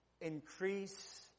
Increase